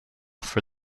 for